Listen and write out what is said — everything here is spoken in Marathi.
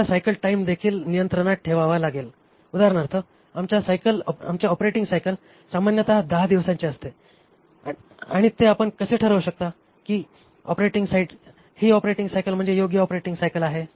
आपल्याला सायकल टाइम देखील नियंत्रणामध्ये ठेवावा लागेल उदाहरणार्थ आमचे ऑपरेटिंग सायकल सामान्यत 10 दिवसांचे असते आणि ते आपण कसे ठरवू शकता की ही ऑपरेटिंग सायकल म्हणजे योग्य ऑपरेटिंग सायकल आहे